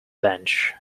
bench